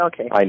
Okay